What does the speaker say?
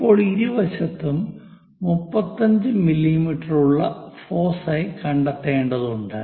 ഇപ്പോൾ ഇരുവശത്തും 35 മില്ലീമീറ്ററിലുള്ള ഫോസൈ കണ്ടെത്തേണ്ടതുണ്ട്